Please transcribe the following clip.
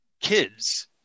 kids